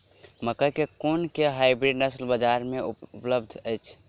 मकई केँ कुन केँ हाइब्रिड नस्ल बजार मे उपलब्ध अछि?